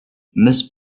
miss